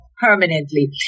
permanently